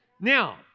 Now